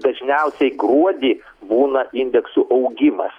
dažniausiai gruodį būna indeksų augimas